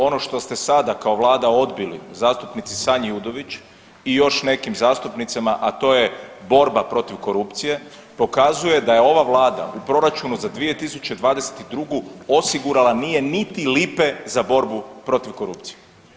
Ono što ste sada kao Vlada odbili zastupnici Sanji Udović i još nekim zastupnicama a to je borba protiv korupcije pokazuje da je ova Vlada u proračunu za 2022. osigurala nije niti lipe za borbu protiv korupcije.